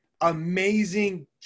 amazing